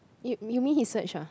you you mean he search ah